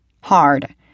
Hard